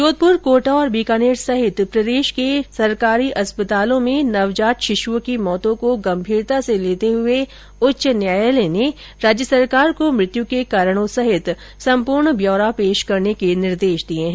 जोधपुर कोटा और बीकानेर सहित प्रदेश के राजकीय अस्पतालों में नवजात शिशुओं की मौतों को गंभीरता से लेते हुए उच्च न्यायालय ने राज्य सरकार को मृत्यु के कारणों सहित संपूर्ण ब्यौरा पेश करने के निर्देश दिए हैं